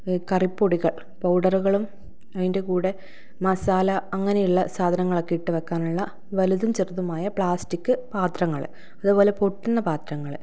കറിപ്പൊടികൾ പൗഡറുകളും അതിൻ്റെ കൂടെ മസാല അങ്ങനെയുള്ള സാധനങ്ങളൊക്കെ ഇട്ടുവെക്കാനുള്ള വലുതും ചെറുതുമായ പ്ലാസ്റ്റിക് പാത്രങ്ങൾ അതുപോലെ പൊട്ടുന്ന പാത്രങ്ങൾ